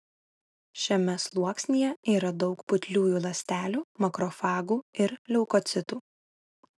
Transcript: šiame sluoksnyje yra daug putliųjų ląstelių makrofagų ir leukocitų